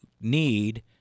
need